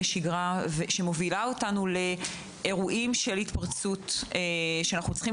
שגרה שמובילה אותנו לאירועים של התפרצות שאנחנו צריכים